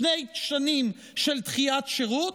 שתי שנים של דחיית שירות,